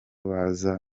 baza